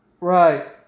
right